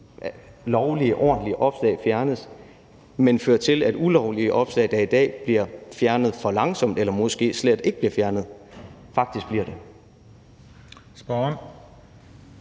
lovlige og ordentlige opslag fjernes, men føre til, at ulovlige opslag, der i dag bliver fjernet for langsomt, eller som måske slet ikke bliver fjernet, faktisk bliver det. Kl.